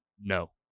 No